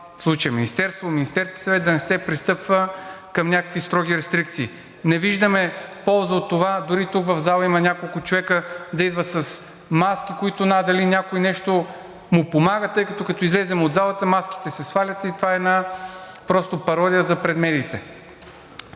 в случая Министерството, Министерския съвет, да не се пристъпва към някакви строги рестрикции, не виждаме полза от това. Дори тук в залата има няколко човека да идват с маски, които надали на някого нещо му помага, тъй като, като излезем от залата, маските се свалят и това просто е една пародия за пред медиите.